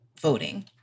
voting